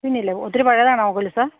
ഇല്ലില്ല ഒത്തിരി പഴയതാണോ കൊലുസ്സ്